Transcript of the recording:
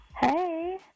Hey